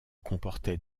comportait